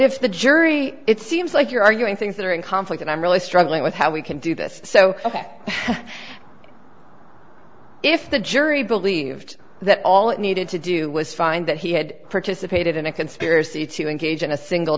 if the jury it seems like you're arguing things that are in conflict and i'm really struggling with how we can do this so if the jury believed that all it needed to do was find that he had participated in a conspiracy to engage in a single